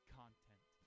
content